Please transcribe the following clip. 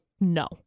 no